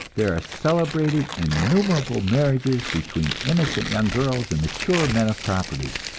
there are celebrated innumerable marriages between innocent young girls and mature men of property,